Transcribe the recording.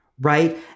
right